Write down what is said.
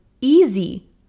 easy